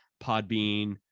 Podbean